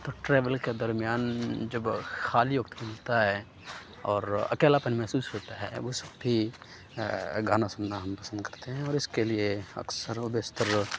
تو ٹریول کے درمیان جب خالی وقت ملتا ہے اور اکیلا پن محسوس ہوتا ہے اس وقت بھی گانا سننا ہم پسند کرتے ہیں اور اس کے لیے اکثر و بیشتر